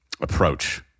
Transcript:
approach